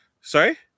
Sorry